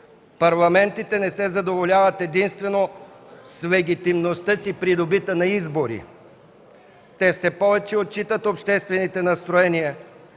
Парламентите не се задоволяват единствено с легитимността си, придобита на избори – те все повече отчитат обществените настроения,